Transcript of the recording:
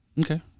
Okay